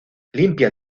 limpia